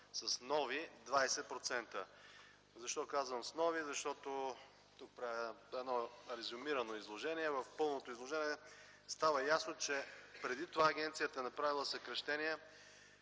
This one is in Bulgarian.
с нови 20%. Защо казвам „с нови”? Защото – тук правя едно резюмирано изложение – в първото изложение става ясно, че преди това агенцията е направила съкращеня